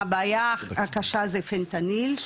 הבעיה הקשה זה פנטניל,